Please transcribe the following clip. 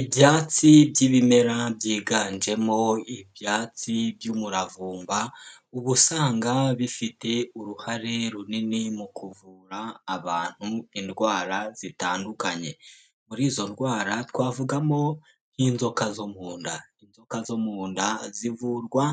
Ibyatsi by'ibimera byiganjemo ibyatsi by'umuravumba, ubu usanga bifite uruhare runini mu kuvura abantu indwara zitandukanye. Muri izo ndwara twavugamo nk'inzoka zo mu nda. Inzoka zo mu nda zivurwa